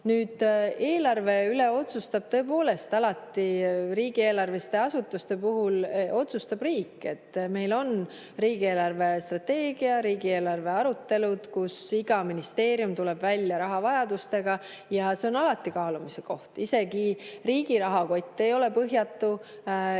Nüüd, eelarve üle otsustab riigieelarveliste asutuste puhul tõepoolest alati riik. Meil on riigi eelarvestrateegia ja riigieelarve arutelud, kus iga ministeerium tuleb välja rahavajadustega, ja see on alati kaalumise koht. Isegi riigi rahakott ei ole põhjatu ja see